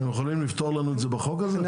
אתם יכולים לפתור לנו את זה בחוק הזה?